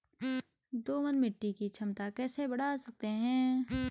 दोमट मिट्टी की क्षमता कैसे बड़ा सकते हैं?